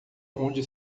onde